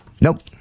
Nope